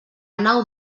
nau